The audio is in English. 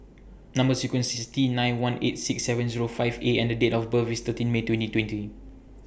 Number sequence IS T nine one eight six seven Zero five A and Date of birth IS thirteen May twenty twenty